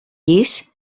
llis